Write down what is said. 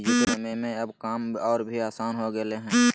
digital समय में अब काम और भी आसान हो गेलय हें